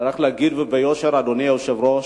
צריך להגיד, וביושר, אדוני היושב-ראש: